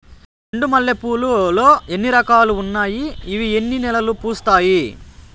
చెండు మల్లె పూలు లో ఎన్ని రకాలు ఉన్నాయి ఇవి ఎన్ని నెలలు పూస్తాయి